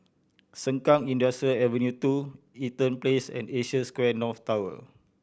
Sengkang Industrial Avenue Two Eaton Place and Asia Square North Tower